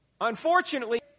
unfortunately